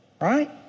right